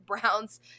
Browns